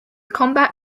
combat